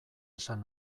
esan